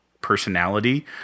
personality